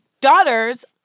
daughters